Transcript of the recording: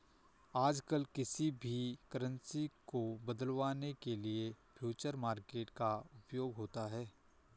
आजकल किसी भी करन्सी को बदलवाने के लिये फ्यूचर मार्केट का उपयोग होता है